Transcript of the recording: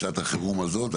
בשעת החירום הזאת.